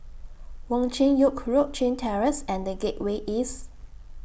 Wong Chin Yoke Road Chin Terrace and The Gateway East